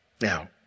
Now